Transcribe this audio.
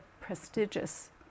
prestigious